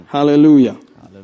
Hallelujah